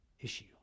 issue